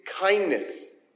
kindness